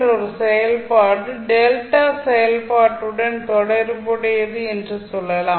என்ற ஒரு செயல்பாடு டெல்டா செயல்பாட்டுடன் தொடர்புடையது என்று சொல்லலாம்